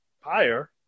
higher